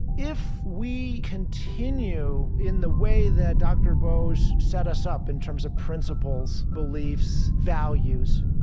if we continue in the way that dr. bose set us up in terms of principles, beliefs, values,